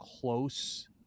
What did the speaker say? close